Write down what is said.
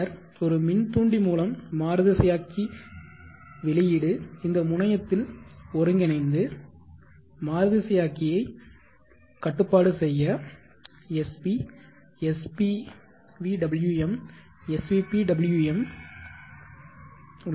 பின்னர் ஒரு மின் தூண்டி மூலம் மாறுதிசையாக்கி வெளியீடு இந்த முனையத்தில் ஒருங்கிணைத்து மாறுதிசையாக்கியை கட்டுப்பாட்டு செய்ய SP SPVWM SVPWM உள்ளன